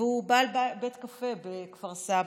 והוא בעל בית קפה בכפר סבא.